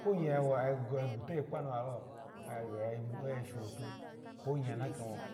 Kwe oya gwu- gwutogye kpanulalo, oya shotu kuleyi onya nma kamo